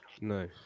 No